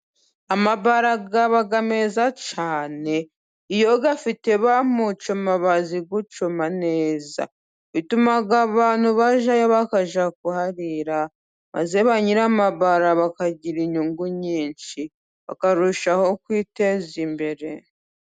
Amabara aba meza cyane iyo afite bamucoma bazi gucoma neza bituma abantu bajyayo bakajya kuharira, maze ba nyir'amabara bakagira inyungu nyinshi bakarushaho kwiteza imbere.